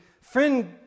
friend